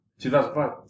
2005